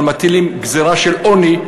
אבל מטילים גזירה של עוני.